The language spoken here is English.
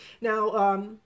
Now